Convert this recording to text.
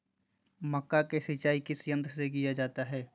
मक्का की सिंचाई किस यंत्र से किया जाता है?